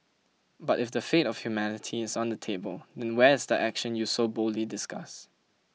but if the fate of humanity is on the table then where is the action you so boldly discuss